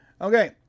Okay